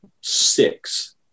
six